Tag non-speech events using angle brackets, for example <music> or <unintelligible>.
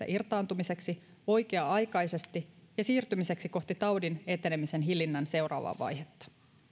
<unintelligible> irtaantumiseksi oikea aikaisesti ja siirtymiseksi kohti taudin etenemisen hillinnän seuraavaa vaihetta